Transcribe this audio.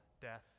death